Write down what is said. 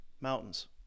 mountains